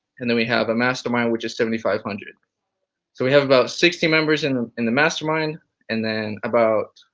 and then we have a mastermind, which is seven thousand five hundred. so we have about sixty members in in the mastermind and then about,